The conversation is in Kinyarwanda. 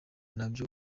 nabyo